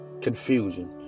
confusion